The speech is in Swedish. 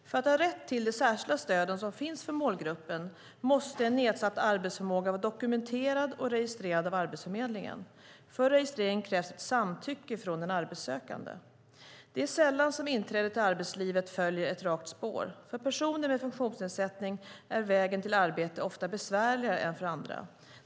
För att ha rätt till de särskilda stöd som finns för målgruppen måste en nedsatt arbetsförmåga vara dokumenterad och registrerad av Arbetsförmedlingen. För registrering krävs ett samtycke från den arbetssökande. Det är sällan som inträdet till arbetslivet följer ett rakt spår. För personer med funktionsnedsättning är vägen till arbete ofta besvärligare än för andra.